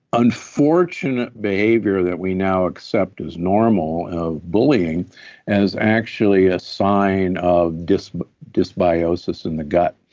unfortunate behavior that we now accept as normal of bullying as actually a sign of dysbiosis dysbiosis in the gut.